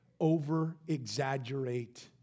over-exaggerate